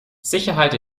sicherheit